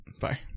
Bye